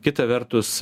kita vertus